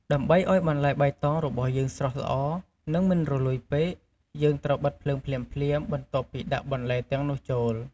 ដើម្បីឱ្យបន្លែបៃតងរបស់យើងស្រស់ល្អ និង មិនរលួយពេក យើងត្រូវបិទភ្លើងភ្លាមៗបន្ទាប់ពីដាក់បន្លែទាំងនោះចូល។